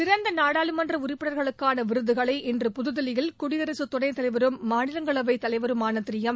சிறந்த நாடாளுமன்ற உறுப்பினர்களுக்கான விருதுகளை இன்று புதுதில்லியில் குடியரசு துணைத் தலைவரும் மாநிலங்களவைத் தலைவருமான திரு எம்